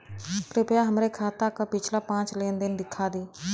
कृपया हमरे खाता क पिछला पांच लेन देन दिखा दी